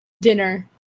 dinner